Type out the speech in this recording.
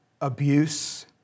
abuse